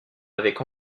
avec